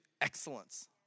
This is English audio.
excellence